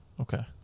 Okay